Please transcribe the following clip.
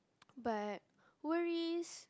but worries